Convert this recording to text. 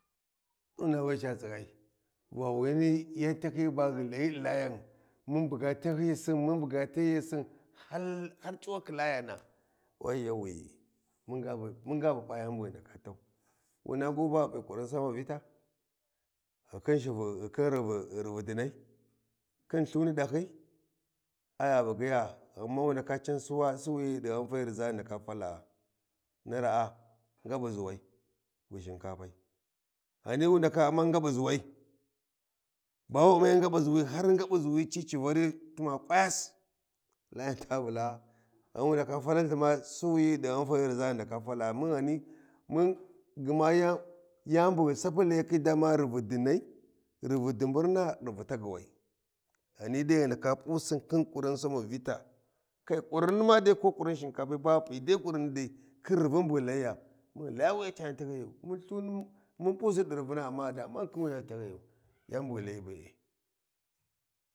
﻿Mu ghi na waya ca tsigai, va wuyi tahyiyi baghi Layi ɗi Layana? Mun buga tahyiyasi mun buga tahyisin har har cuwakhi Layana wayawi munga munga munfa bu pa yani bu ghi ndaka tau. Wuna gu baghi pi ƙurun samavita ghi khin shivi ghi khin rivi dinai, khin lthuni ɗahyi ai gha bugyiya ghan ma wu ndaka can suwa suwiyi ɗi ghanfai riʒa ghu ndaka fala gha. Ni raa ngaɓu ʒuwai bu shinkafai, ghani wunka Umman ngaɓu ʒuwai har ngab’u zuwi ci ci vari timma ƙuyas Layan ta Vula’ah ghan wu ndaka falan lthima Suwuyi ɗi ghanfai, riʒa ghi naka fak’a mun ghani mun gma yan yani bu ghi sapi Layi khi ba rivi dinai rivi diburna rivi tagguwai, ghani dai ghi ndaka pusin khin ƙurin samavita kai ƙurrinni ma dai ko ƙurrin shinkafai ba ghi pi dai ƙurrini dai khin rivin bu ghi layiya mun Laya wuya ca yantahyiyayu mun lthini mun pusiɗi rivina ghi damahan khin wuya ca tahyiyayu yani ba ghi Layi be’e.